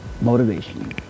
motivation